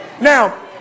Now